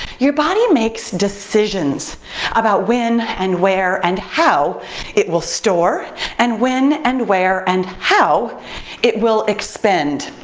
your body makes decisions about when and where and how it will store and when and where and how it will expend.